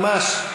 ממש,